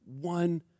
one